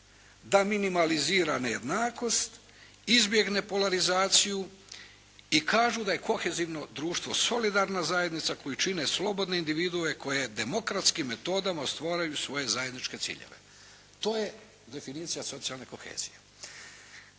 da minimalizira nejednakost, izbjegne polarizaciju i kažu da je kohezivno društvo solidarna zajednica koju čine slobodne individue koje demokratskim metodama stvaraju svoje zajedničke ciljeve. To je definicija socijalne kohezije.